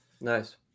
Nice